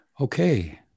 Okay